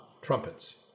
trumpets